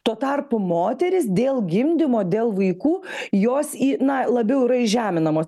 tuo tarpu moterys dėl gimdymo dėl vaikų jos į na labiau yra įžeminamos